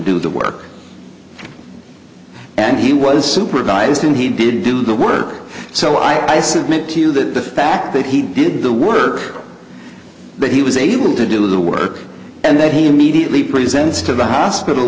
do the work and he was supervised and he didn't do the work so i submit to you that the fact that he did the work but he was able to do the work and that he immediately presents to the hospital